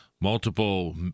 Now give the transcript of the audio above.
multiple